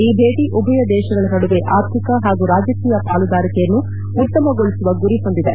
ಈ ಭೇಟಿ ಉಭಯ ದೇಶಗಳ ನಡುವೆ ಆರ್ಥಿಕ ಹಾಗೂ ರಾಜಕೀಯ ಪಲಾದಾರಿಕೆಯನ್ನು ಉತ್ತಮಗೊಳಿಸುವ ಗುರಿ ಹೊಂದಿದೆ